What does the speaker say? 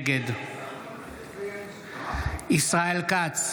נגד ישראל כץ,